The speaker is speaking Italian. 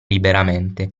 liberamente